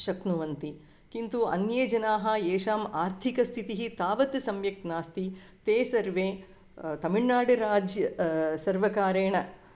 शक्नुवन्ति किन्तु अन्ये जनाः येषाम् आर्थिकस्थितिः तावत् सम्यक् नास्ति ते सर्वे तमिल्नाडुराज्यसर्वकारेण